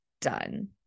done